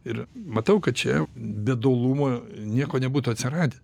ir matau kad čia be dualumo nieko nebūtų atsiradę